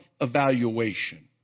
evaluation